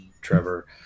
trevor